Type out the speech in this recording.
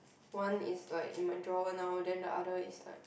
one is like in my drawer now then the other is like